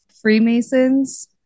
Freemasons